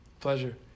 Pleasure